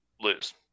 lose